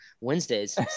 Wednesdays